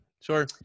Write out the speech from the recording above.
sure